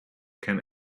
can